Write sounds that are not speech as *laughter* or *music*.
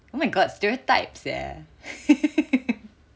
oh my god stereotype sia *laughs*